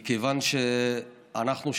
מכיוון שאנחנו,